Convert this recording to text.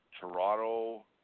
Toronto